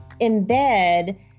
embed